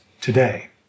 today